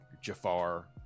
Jafar